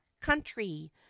country